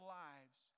lives